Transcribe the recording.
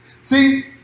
see